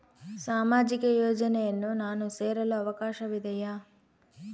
ಸಾಮಾಜಿಕ ಯೋಜನೆಯನ್ನು ನಾನು ಸೇರಲು ಅವಕಾಶವಿದೆಯಾ?